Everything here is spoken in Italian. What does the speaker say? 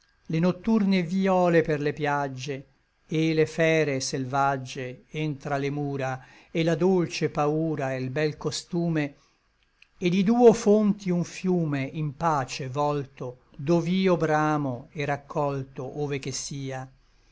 le nocturne vïole per le piagge et le le fere selvagge entr'a le mura et la dolce paura e l bel costume et di duo fonti un fiume in pace vòlto dov'io bramo et raccolto ove che sia